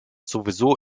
sowieso